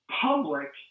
public